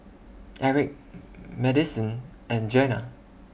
Erik Madisyn and Jena